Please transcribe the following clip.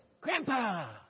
Grandpa